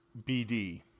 BD